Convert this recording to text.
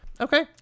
okay